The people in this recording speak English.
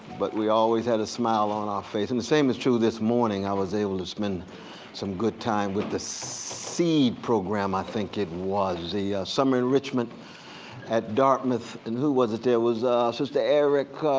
but we always had a smile on our face. and the same is true this morning. i was able to spend some good time with the sead program i think it was, the summer enrichment at dartmouth. and who was it there? it was sister erica,